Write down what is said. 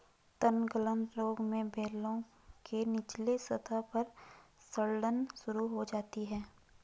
तनगलन रोग में बेलों के निचले सतह पर सड़न शुरू हो जाती है